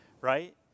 right